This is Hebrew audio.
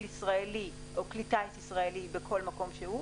ישראלי או כלי טיס ישראלי בכל מקום שהוא,